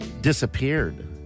disappeared